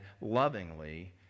lovingly